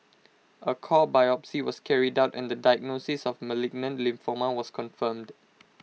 A core biopsy was carried out and the diagnosis of malignant lymphoma was confirmed